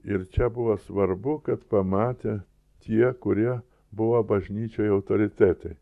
ir čia buvo svarbu kad pamatė tie kurie buvo bažnyčioj autoritetai